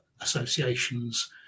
associations